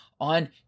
on